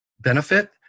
benefit